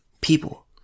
people